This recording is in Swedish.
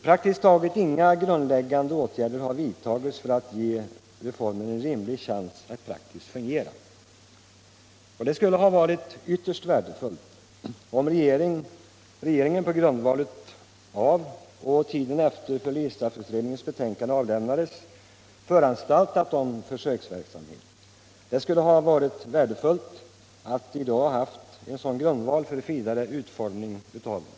Praktiskt taget inga grundläggande åtgärder har vidtagits för att ge reformen en = Nr 131 rimlig chans att praktiskt fungera. Det skulle ha varit ytterst värdefullt Onsdagen den om reperingen på grundval av fylleristraffutredningens betänkande för 19 maj 1976 anstaltat om försöksverksamhet. Det hade varit värdefullt om vi i dag haft en sådan grund för vidare utformning av vården.